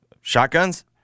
Shotguns